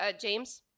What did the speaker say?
James